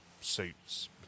suits